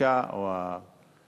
האשה או הבעל.